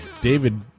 David